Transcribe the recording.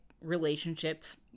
relationships